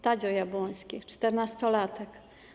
Tadzio Jabłoński, czternastolatek.